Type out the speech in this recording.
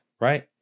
Right